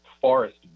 forest